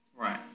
Right